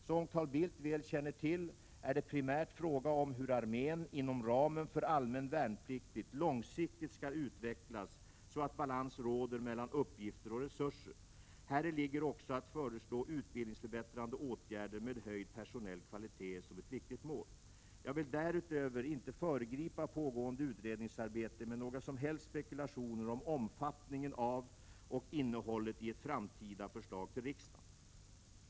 Som Carl Bildt väl känner till är det primärt fråga om hur armén, inom ramen för allmän värnplikt, långsiktigt skall utvecklas så att balans råder mellan uppgifter och resurser. Häri ligger också att föreslå utbildningsförbättrande åtgärder med höjd personell kvalitet som ett viktigt mål. Jag vill därutöver inte föregripa pågående utredningsarbete med några som helst spekulationer om omfattningen av och innehållet i ett framtida förslag till riksdagen.